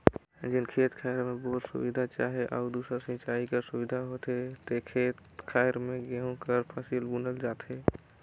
जेन खेत खाएर में बोर कर सुबिधा चहे अउ दूसर सिंचई कर सुबिधा होथे ते खेत खाएर में गहूँ कर फसिल बुनल जाथे